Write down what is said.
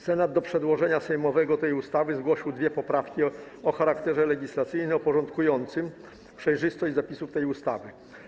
Senat do przedłożenia sejmowego tej ustawy zgłosił dwie poprawki o charakterze legislacyjno-porządkującym przejrzystość zapisów tej ustawy.